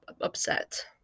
upset